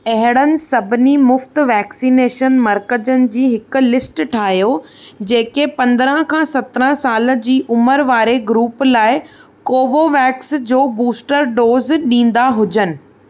अहिड़नि सभिनी मुफ़्ति वैक्सीनेशन मर्कज़नि जी हिकु लिस्ट ठाहियो जेके पंद्रहं खां सत्रहं साल जी उमिरि वारे ग्रुप लाइ कोवोवेक्स जो बूस्टर डोज़ ॾींदा हुजनि